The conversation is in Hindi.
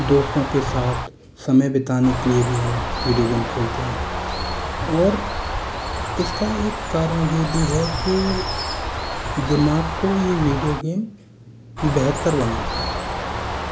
दोस्तों के साथ समय बिताने के लिए भी हम विडियो गेम खेलते हैं और इसका एक कारण यह भी है की दिमाग को यह विडियो गेम बेहतर बनाता है